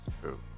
True